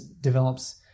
develops